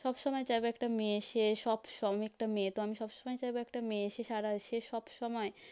সব সময় চাইব একটা মেয়ে সে সব সময় একটা মেয়ে তো আমি সব সময় চাইব একটা মেয়ে সে সারা সে সব সময়